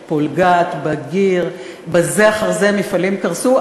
"פולגת", "בגיר" בזה אחר זה מפעלים קרסו.